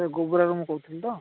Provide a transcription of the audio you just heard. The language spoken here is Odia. ଗୋବରାରୁ ମୁଁ କହୁଥିଲି ତ